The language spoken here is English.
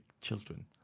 children